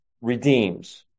redeems